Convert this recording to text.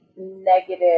negative